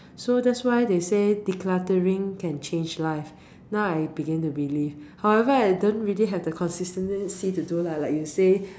so that's why they say decluttering can change life now I begin to believe however I don't really have the consistency to do lah like you say